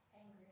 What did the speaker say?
Angry